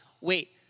wait